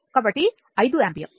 కాబట్టి 5 యాంపియర్